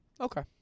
Okay